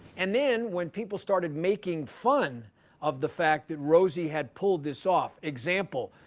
and then when people started making fun of the fact that rosie had pulled this off example,